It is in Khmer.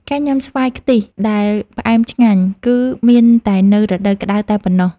ការញ៉ាំស្វាយខ្ទិះដែលផ្អែមឆ្ងាញ់ គឺមានតែនៅរដូវក្តៅតែប៉ុណ្ណោះ។